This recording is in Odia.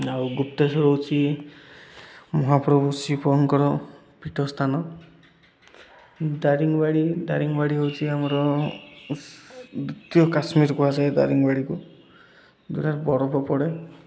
ଆଉ ଗୁପ୍ତେଶ୍ୱର ହେଉଛି ମହାପ୍ରଭୁ ଶିବଙ୍କର ପୀଠ ସ୍ଥାନ ଦାରିଙ୍ଗବାଡ଼ି ଦାରିଙ୍ଗବାଡ଼ି ହେଉଛି ଆମର ଦ୍ୱିତୀୟ କାଶ୍ମୀରକୁ ଆସ ଦାରିଙ୍ଗବାଡ଼ିକୁ ଯେଉଁଟାରେ ବରଫ ପଡ଼େ